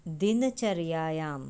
दिनचर्यायाम्